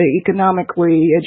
economically